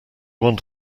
want